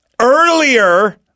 earlier